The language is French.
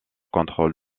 contrôle